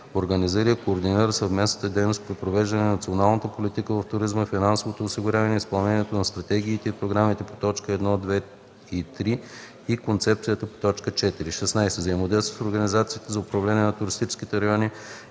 организира и координира съвместната дейност при провеждането на националната политика в туризма, финансовото осигуряване и изпълнение на стратегиите и програмите по т. 1, 2 и 3 и концепцията по т. 4; 16. взаимодейства с организациите за управление на туристическите райони